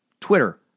Twitter